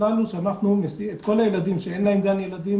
הכלל הוא שאנחנו נסיע את כל הילדים שאין להם גן ילדים,